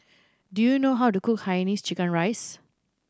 do you know how to cook Hainanese chicken rice